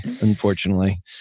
unfortunately